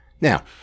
Now